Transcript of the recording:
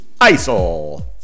ISIL